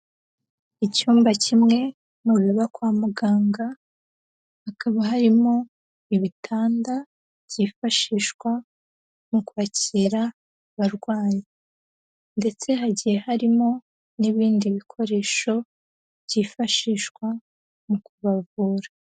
Icyumba kimwe mu biba kwa muganga, hakaba harimo ibitanda byifashishwa mu kwakira abarwayi ndetse hagiye harimo n'ibindi bikoresho byifashishwa mu kubavura.